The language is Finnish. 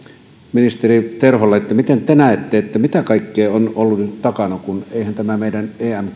ministeri terholle miten te näette mitä kaikkea on ollut nyt takana kun eihän tämä meidän